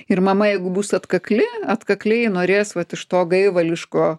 ir mama jeigu bus atkakli atkakliai norės vat iš to gaivališko